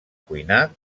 cuinar